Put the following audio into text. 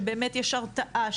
שבאמת יש הרתעה,